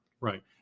Right